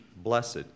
Blessed